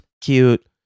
cute